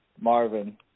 Marvin